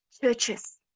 churches